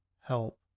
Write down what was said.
help